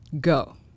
go